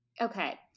Okay